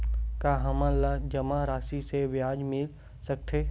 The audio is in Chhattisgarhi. का हमन ला जमा राशि से ब्याज मिल सकथे?